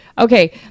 Okay